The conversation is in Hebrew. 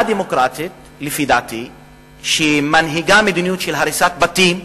מדינה דמוקרטית שמנהיגה מדיניות של הריסת בתים,